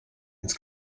ins